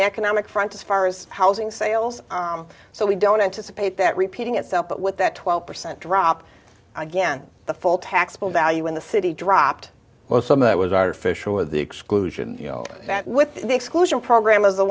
the economic front as far as housing sales so we don't anticipate that repeating itself but with that twelve percent drop again the full taxable value in the city dropped well some of it was artificial with the exclusion you know with the exclusion program of the